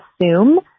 assume